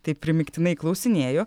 taip primygtinai klausinėju